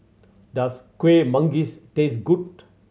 does Kueh Manggis taste good